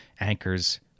anchors